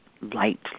light